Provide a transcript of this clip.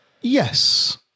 Yes